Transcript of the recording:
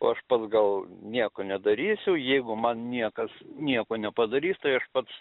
o aš pats gal nieko nedarysiu jeigu man niekas nieko nepadarys tai aš pats